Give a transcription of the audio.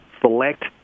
select